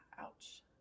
ouch